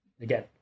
Again